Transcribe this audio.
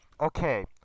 okay